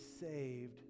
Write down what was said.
saved